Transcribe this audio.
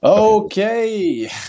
Okay